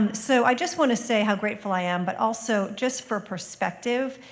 so i just want to say how grateful i am, but also just for perspective,